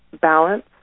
balance